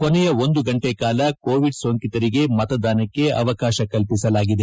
ಕೊನೆಯ ಒಂದು ಗಂಟೆ ಕಾಲ ಕೋವಿಡ್ ಸೋಂಕಿತರಿಗೆ ಮತದಾನಕ್ಕೆ ಅವಕಾಶ ಕಲ್ಪಿಸಲಾಗಿದೆ